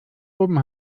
oben